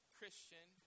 Christian